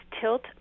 Tilt